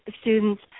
students